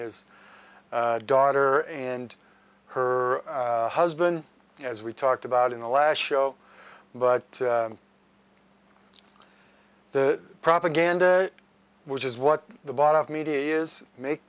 his daughter and her husband as we talked about in the last show but the propaganda which is what the bought of media is make